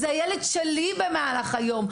שהוא הילד של הגננת במהלך היום,